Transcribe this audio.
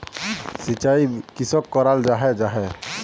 सिंचाई किसोक कराल जाहा जाहा?